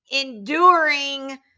enduring